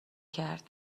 کرد